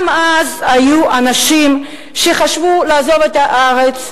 גם אז היו אנשים שחשבו לעזוב את הארץ.